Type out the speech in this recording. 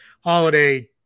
holiday